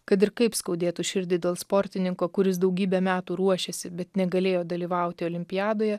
kad ir kaip skaudėtų širdį dėl sportininko kuris daugybę metų ruošėsi bet negalėjo dalyvauti olimpiadoje